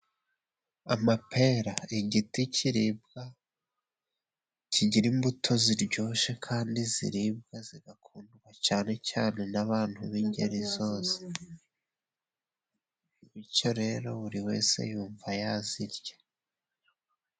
Amapera igiti kiribwa kigira imbuto ziryoshye, kandi ziribwa zigakundwa cyane cyane n'abantu b'ingeri zose, bityo rero buri wese yumva yazirya.